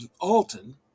Alton